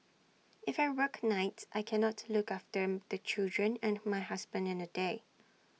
if I work nights I cannot look after them the children and my husband in the day